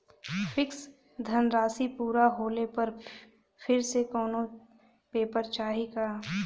Fix धनराशी पूरा होले पर फिर से कौनो पेपर चाही का?